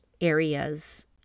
areas